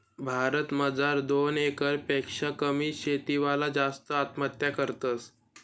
भारत मजार दोन एकर पेक्शा कमी शेती वाला जास्त आत्महत्या करतस